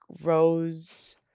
Rose